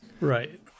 Right